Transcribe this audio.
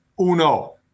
uno